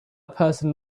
person